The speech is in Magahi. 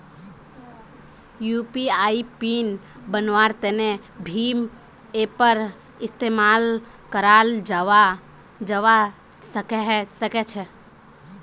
यू.पी.आई पिन बन्वार तने भीम ऐपेर इस्तेमाल कराल जावा सक्छे